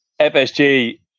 FSG